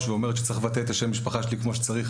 ואומרת שצריך לבטא את השם משפחה שלי כמו צריך.